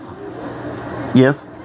Yes